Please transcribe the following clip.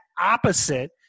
opposite